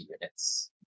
units